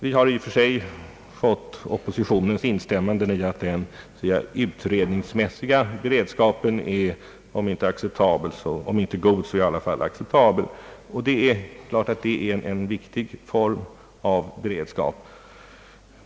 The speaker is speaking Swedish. Vi har i och för sig fått oppositionens instämmande i att den utredningsmässiga beredskapen är om inte god så i alla fall acceptabel. Det är klart att detta är en viktig form av beredskap.